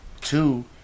Two